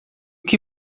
que